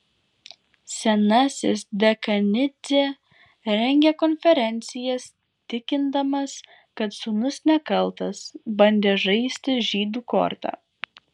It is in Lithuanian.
senasis dekanidzė rengė konferencijas tikindamas kad sūnus nekaltas bandė žaisti žydų korta